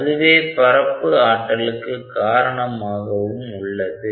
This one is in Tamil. அதுவே பரப்பு ஆற்றலுக்கு காரணமாகவும் உள்ளது